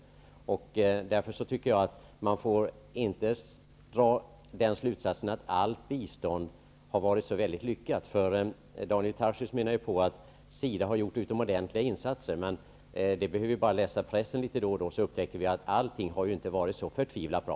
Då får man inte dra den slutsatsen att allt bistånd har varit mycket lyckat. Daniel Tarschys menar att SIDA har gjort utomordentliga insatser, men vi behöver bara läsa i pressen litet då och då för att upptäcka att allt inte har varit så förtvivlat bra.